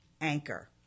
Anchor